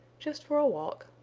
just for a walk,